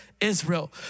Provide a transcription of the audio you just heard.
Israel